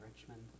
Richmond